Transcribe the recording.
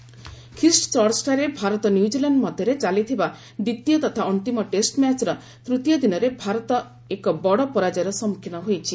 cricket test ଖ୍ରୀଷ୍ଟ ଚର୍ଚ୍ଚଠାରେ ଭାରତ ଓ ନ୍ୟୁଜିଲ୍ୟାଣ୍ଡ ମଧ୍ୟରେ ଚାଲିଥିବା ଦ୍ୱିତୀୟ ତଥା ଅନ୍ତିମ ଟେଷ୍ଟ ମ୍ୟାଚ୍ର ତୃତୀୟ ଦିନରେ ଭାରତ ଆଉ ଏକ ବଡ଼ ପରାଜୟର ସମ୍ମୁଖୀନ ହୋଇଛି